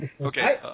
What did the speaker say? Okay